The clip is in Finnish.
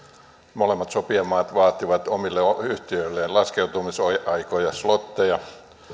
molemmat sopijamaat vaativat omille yhtiöilleen laskeutumisaikoja slotteja